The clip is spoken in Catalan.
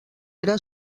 era